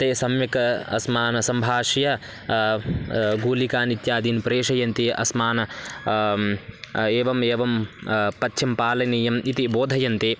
ते सम्यक् अस्मान् सम्भाष्य गुलिकाः इत्यादीन् प्रेषयन्ति अस्मान् एवम् एवं पथ्यं पालनीयम् इति बोधयन्ति